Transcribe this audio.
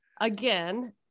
Again